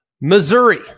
Missouri